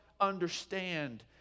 understand